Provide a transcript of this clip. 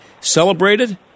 celebrated